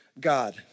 God